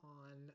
on